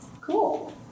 Cool